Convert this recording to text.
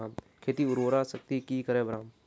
खेतीर उर्वरा शक्ति की करे बढ़ाम?